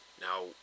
now